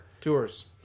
tours